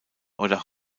oder